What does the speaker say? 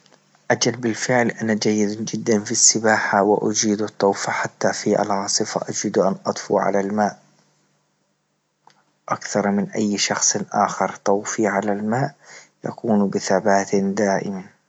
أكد بالفعل أنا جيد جدا في السباحة وأجيد الطوف حتى في العاصفة، أفيد أن أطفو على الماء أكثر من أي شخص أخر طوفي على الماء يكون بثبات دائما.